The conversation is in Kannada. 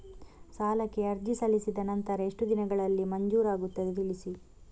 ಸಾಲಕ್ಕೆ ಅರ್ಜಿ ಸಲ್ಲಿಸಿದ ನಂತರ ಎಷ್ಟು ದಿನಗಳಲ್ಲಿ ಮಂಜೂರಾಗುತ್ತದೆ ತಿಳಿಸಿ?